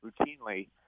routinely